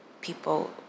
People